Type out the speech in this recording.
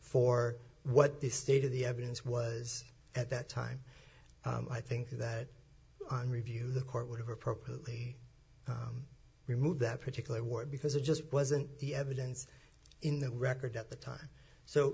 for what the state of the evidence was at that time i think that on review the court would have appropriately removed that particular word because it just wasn't the evidence in the record at the time so